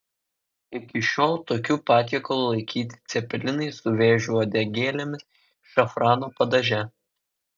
iki šiol tokiu patiekalu laikyti cepelinai su vėžių uodegėlėmis šafrano padaže